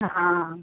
ആ ആ ആ